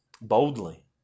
boldly